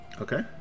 Okay